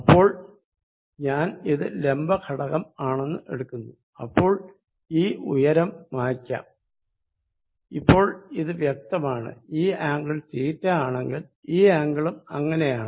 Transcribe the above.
ഇപ്പോൾ ഞാൻ ഇത് ലംബ ഘടകം ആണെന്ന് എടുക്കുന്നു അപ്പോൾ ഈ ഉയരം മായ്ക്കാം ഇപ്പോൾ ഇത് വ്യക്തമാണ് ഈ ആംഗിൾ θ ആണെങ്കിൽ ഈ ആംഗിളും അങ്ങനെയാണ്